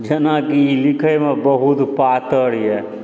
जेनाकि लिखैमे बहुत पातर यऽ